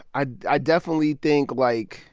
i definitely think, like,